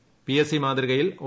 പ്പി S C മാതൃകയിൽ O